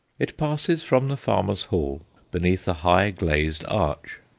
it passes from the farmer's hall beneath a high glazed arch.